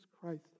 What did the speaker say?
Christ